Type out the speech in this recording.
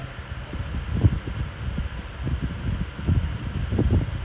ya we just try like make the resume if it's easy by